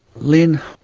lynne,